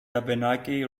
abenaki